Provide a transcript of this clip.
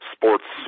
sports